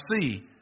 see